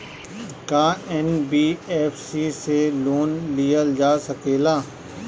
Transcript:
का एन.बी.एफ.सी से लोन लियल जा सकेला?